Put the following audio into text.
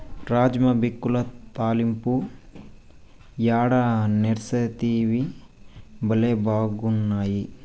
రాజ్మా బిక్యుల తాలింపు యాడ నేర్సితివి, బళ్లే బాగున్నాయి